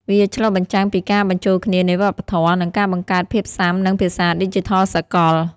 វាឆ្លុះបញ្ចាំងពីការបញ្ចូលគ្នានៃវប្បធម៌ និងការបង្កើតភាពសុាំនឹងភាសាឌីជីថលសកល។